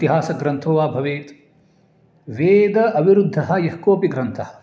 इतिहासग्रन्थो वा भवेत् वेद अविरुद्धः यःकोपि ग्रन्थः